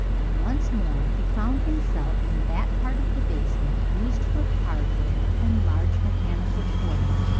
and once more he found himself in that part of the basement used for hardware and large mechanical toys.